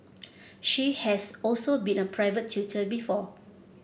she has also been a private tutor before